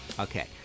Okay